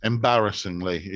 Embarrassingly